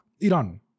Iran